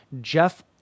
Jeff